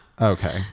Okay